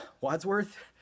Wadsworth